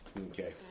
Okay